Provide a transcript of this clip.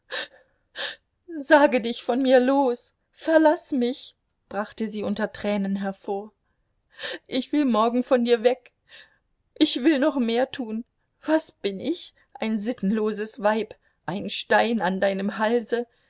sage dich von mir los verlaß mich brachte sie unter tränen hervor ich will morgen von dir weg ich will noch mehr tun was bin ich ein sittenloses weib ein stein an deinem halse